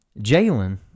Jalen